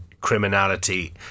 criminality